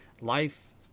life